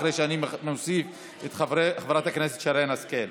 אחרי שאני מוסיף את חברת שרן השכל.